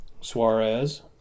Suarez